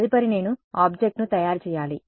తదుపరి నేను ఆబ్జెక్ట్ ను తయారు చేయాలి